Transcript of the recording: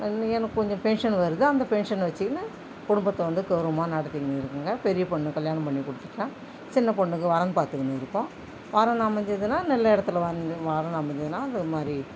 எனக்கு கொஞ்சம் பென்ஷன் வருது அந்த பென்ஷனை வச்சிக்கினு குடும்பத்தை வந்து கவுரவமாக நடத்தின்னு இருக்கேங்க பெரிய பொண்ணை வந்து கல்யாணம் பண்ணி கொடுத்துட்டேன் சின்ன பொண்ணுக்கு வரன் பார்த்துக்குனு இருக்கோம் வரன் அமைஞ்சுதுன்னா நல்ல இடத்துல வரன் அமைஞ்சுதுனா இதுமாதிரி